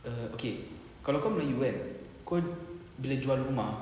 err okay kalau kau melayu kan kau bila jual rumah